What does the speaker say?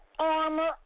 armor